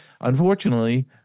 Unfortunately